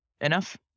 enough